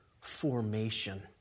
formation